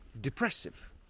depressive